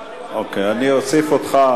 אני אוסיף אותך,